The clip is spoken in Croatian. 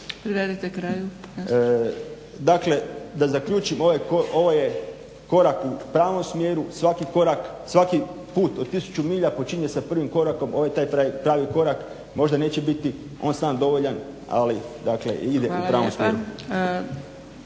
Privedite kraju./… Dakle, da zaključim. Ovo je korak u pravom smjeru. Svaki put od 1000 milja počinje sa prvim korakom. Ovo je taj pravi korak. Možda neće biti on sam dovoljan ali dakle ide u pravom smjeru.